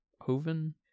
Hoven